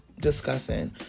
discussing